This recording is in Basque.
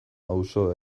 auzo